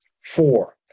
Four